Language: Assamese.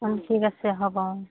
অঁ ঠিক আছে হ'ব অঁ